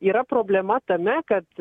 yra problema tame kad